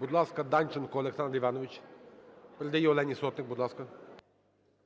Будь ласка, Данченко Олександр Іванович. Передає Олені Сотник. Будь ласка.